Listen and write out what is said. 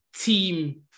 team